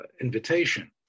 invitation